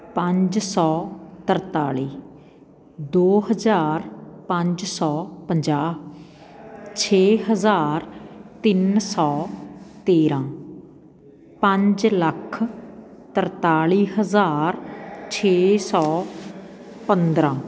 ਪੰਜ ਸੌ ਤਰਤਾਲੀ ਦੋ ਹਜ਼ਾਰ ਪੰਜ ਸੌ ਪੰਜਾਹ ਛੇ ਹਜ਼ਾਰ ਤਿੰਨ ਸੌ ਤੇਰ੍ਹਾਂ ਪੰਜ ਲੱਖ ਤਰਤਾਲੀ ਹਜ਼ਾਰ ਛੇ ਸੌ ਪੰਦਰ੍ਹਾਂ